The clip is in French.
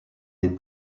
des